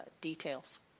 details